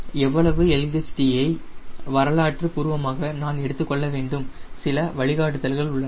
எவ்வளவு LHT ஐ வரலாற்று பூர்வமாக நான் எடுக்க வேண்டும் சில வழிகாட்டுதல்கள் உள்ளன